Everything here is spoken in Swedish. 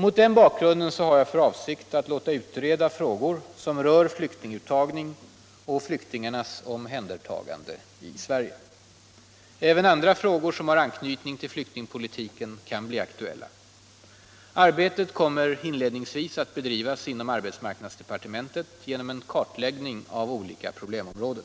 Mot den bakgrunden har jag för avsikt att låta utreda frågor som rör andra frågor som har anknytning till flyktingpolitiken kan bli aktuella. Arbetet kommer inledningsvis att bedrivas inom arbetsmarknadsdepar tementet genom en kartläggning av olika problemområden.